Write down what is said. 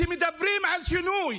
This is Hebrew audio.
כשמדברים על שינוי